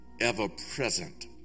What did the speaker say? ever-present